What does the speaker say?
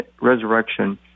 resurrection